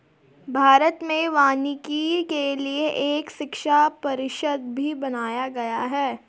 भारत में वानिकी के लिए एक शिक्षा परिषद भी बनाया गया है